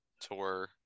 tour